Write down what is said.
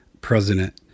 president